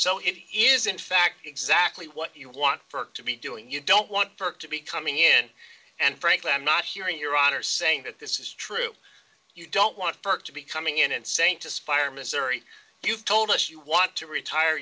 so it is in fact exactly what you want for it to be doing you don't want to be coming in and frankly i'm not hearing your honor saying that this is true you don't want to be coming in and saying to fire missouri you've told us you want to retire